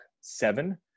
seven